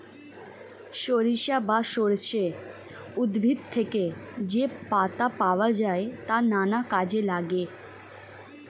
সরিষা বা সর্ষে উদ্ভিদ থেকে যে পাতা পাওয়া যায় তা নানা কাজে লাগে